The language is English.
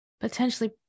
potentially